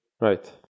Right